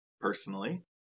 personally